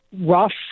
rough